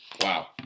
Wow